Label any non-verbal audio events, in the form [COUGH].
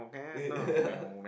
eh [LAUGHS] ya